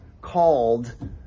called